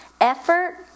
effort